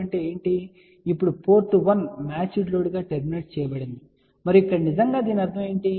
అంటే ఇప్పుడు port 1 matched load గా టెర్మినేట్ చేయబడింది మరియు ఇక్కడ నిజంగా దీని అర్థం ఏమిటి